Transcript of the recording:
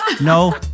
No